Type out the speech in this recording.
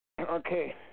Okay